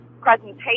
presentation